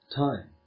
time